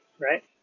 right